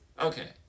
Okay